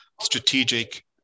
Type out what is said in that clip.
strategic